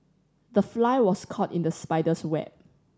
the fly was caught in the spider's web